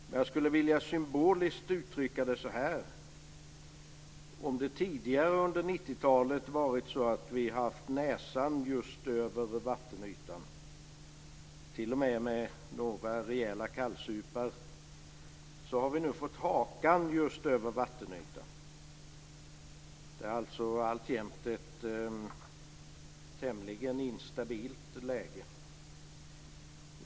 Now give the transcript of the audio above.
Men jag skulle vilja symboliskt uttrycka det så här: Om det tidigare under 90 talet har varit så att vi har haft näsan just över vattenytan - med t.o.m. några rejäla kallsupar - har vi nu fått hakan just över vattenytan. Det är alltjämt ett tämligen instabilt läge.